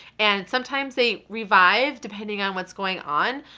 and sometimes they revive depending on what's going on,